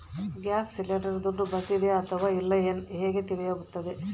Gas cylinder ದುಡ್ಡು ಬಂದಿದೆ ಅಥವಾ ಇಲ್ಲ ಹೇಗೆ ತಿಳಿಯುತ್ತದೆ?